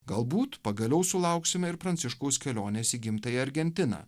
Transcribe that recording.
galbūt pagaliau sulauksime ir pranciškaus kelionės į gimtąją argentiną